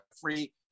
free